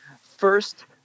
first